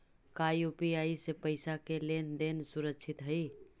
का यू.पी.आई से पईसा के लेन देन सुरक्षित हई?